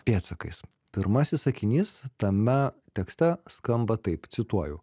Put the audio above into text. pėdsakais pirmasis sakinys tame tekste skamba taip cituoju